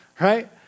right